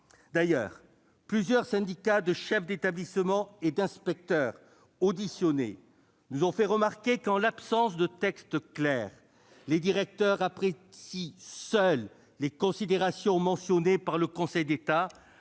Au reste, plusieurs syndicats de chefs d'établissement et d'inspecteurs, lors de leur audition, nous ont fait remarquer que, en l'absence de textes clairs, les directeurs apprécient seuls les considérations mentionnées par le Conseil d'État,